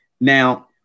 now